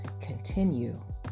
continue